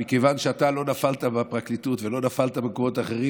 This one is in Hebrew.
מכיוון שאתה לא נפלת בפרקליטות ולא נפלת במקומות אחרים,